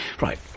Right